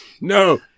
no